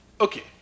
Okay